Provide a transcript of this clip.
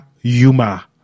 yuma